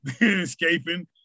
escaping